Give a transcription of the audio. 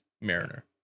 Mariner